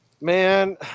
Man